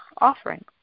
offering